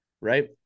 right